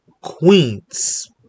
Queens